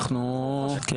אנחנו עוברים להצבעה.